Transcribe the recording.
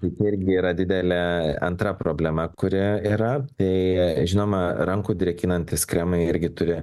kaip irgi yra didelė antra problema kuri yra tai žinoma rankų drėkinantys kremai irgi turi